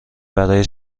برای